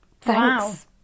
Thanks